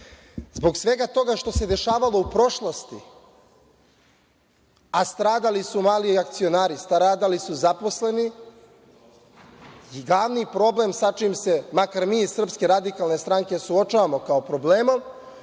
Zbog svega toga što se dešavalo u prošlosti, a stradali su mali i akcionari, stradali su zaposleni i javni problem sa čim se, makar mi iz SRS, suočavamo kao problemom